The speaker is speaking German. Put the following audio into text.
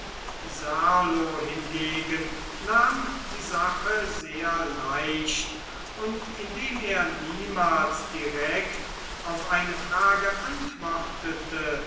serlo hingegen nahm die sache sehr leicht und indem er niemals direkt auf eine frage antwortete